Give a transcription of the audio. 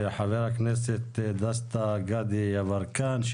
וחבר הכנסת דסטה גדי יברקן.